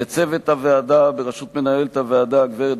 ולצוות הוועדה בראשות מנהלת הוועדה הגברת